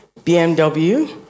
BMW